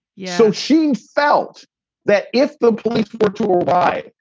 yeah so she felt that if the police were to ah buy,